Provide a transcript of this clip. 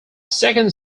second